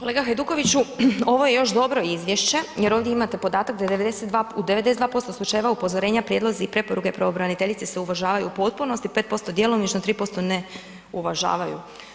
Kolega Hajdukoviću, ovo je još dobro izvješće jer ovdje imate podatak da u 92% slučajeva upozorenja, prijedlozi i preporuke pravobraniteljice se uvažavaju u potpunosti, 5% djelomično, 3% ne uvažavaju.